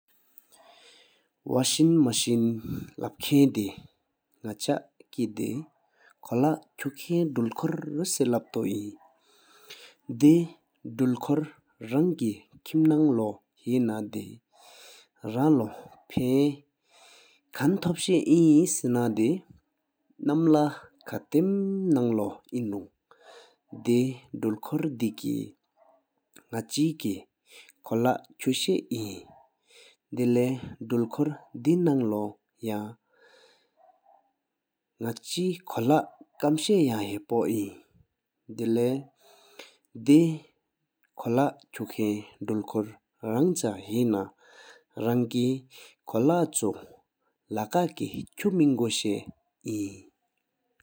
ཝཥིང་མ་ཧིན་ལབ་ཁན་དེ་ནག་ཆ་ཀེ་དེ་ཁོ་ལ་ཆུ་ཁན་འདེལ་འཁོར་སེ་ལབ་ཏོ་ཨིན། དེ་དུལ་འཁོར་རང་ཀེ་ཁིམ་ནང་ལོ་ཧེ་ན་དེ་རང་ལོ་ཕན་ཡན་ཁན་ཐོབ་ཤ་ཨིན་སེ་ན་དེ་ནམ་ལ་ཁ་ཐམ་ནང་ལོ་ཨིན་རུང་དེ་དུལ་འཁོར་དེ་ཀེ་ནག་ཆེ་ཀེ་ཁོ་ལ་ཆུ་ཤ་ཨིན། དེ་ལེགས་དུལ་འཁོར་དེ་ནང་ཡང་ནག་ཆ་ཁོ་ལ་ཁམ་ཤ་ཡང་ཧ་པོ་ཨིན། དེ་ལེགས་དེ་ཁོ་ལ་ཆུ་ཁན་དུལ་འཁོར་རང་ཆ་ཧེ་ན་རང་ཀེ་ཁོ་ལ་ཆུ་ལ་སྐ་ཀེ་ཆུ་མིན་གོ་ཤ་ཨིན།